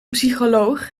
psycholoog